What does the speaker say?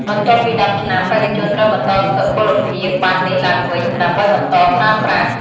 បន្ទាប់ពី ១០ ឆ្នាំ បេក្ខជនត្រូវបន្តសុពលភាពប័ណ្ណនេះឡើងវិញ ដើម្បីបន្តប្រើប្រាស់។